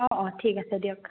অঁ অঁ ঠিক আছে দিয়ক